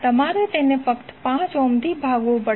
તમારે તેને ફક્ત 5 ઓહ્મથી ભાગવુ પડશે